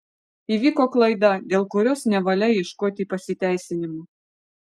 įvyko klaida dėl kurios nevalia ieškoti pasiteisinimų